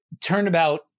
Turnabout